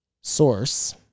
source